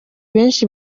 benshi